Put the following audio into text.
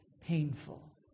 painful